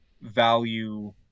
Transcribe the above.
value